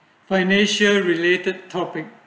financial related topic